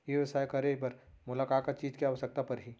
ई व्यवसाय करे बर मोला का का चीज के आवश्यकता परही?